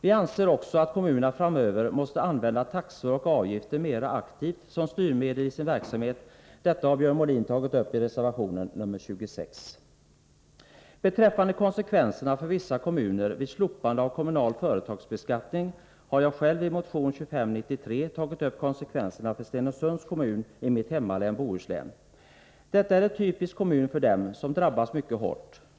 Vi anser också att kommunerna framöver måste använda taxor och avgifter mera aktivt som styrmedel i sin verksamhet. Detta har Björn Molin tagit upp i reservation nr 26 i finansutskottets betänkande nr 39. Beträffande konsekvenserna för vissa kommuner vid slopande av kommunal företagsbeskattning har jag själv i motion 2953 tagit upp konsekvenserna för Stenungsunds kommun i mitt hemlän, Bohuslän. Detta är en kommun som är typisk för dem som drabbas mycket hårt.